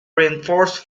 reinforce